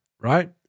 right